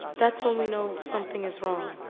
that's when we know something is wrong.